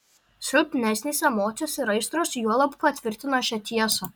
silpnesnės emocijos ir aistros juolab patvirtina šią tiesą